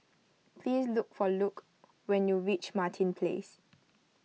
please look for Luc when you reach Martin Place